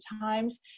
times